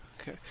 Okay